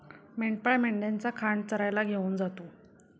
मेंढपाळ मेंढ्यांचा खांड चरायला घेऊन जातो